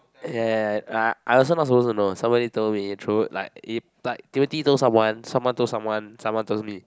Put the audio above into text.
ya I I also not suppose to know somebody told me true like if but Timothy told someone someone told someone someone told me